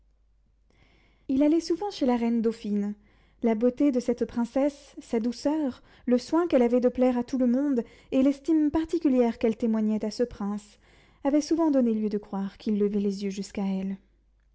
il allait souvent chez la reine dauphine la beauté de cette princesse sa douceur le soin qu'elle avait de plaire à tout le monde et l'estime particulière qu'elle témoignait à ce prince avaient souvent donné lieu de croire qu'il levait les yeux jusqu'à elle